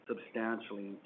substantially